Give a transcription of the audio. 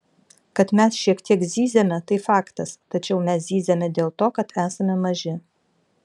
kad mes šiek tiek zyziame tai faktas tačiau mes zyziame dėl to kad esame maži